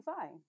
fine